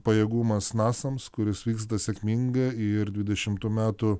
pajėgumas nasams kuris vyksta sėkmingai ir dvidešimtų metų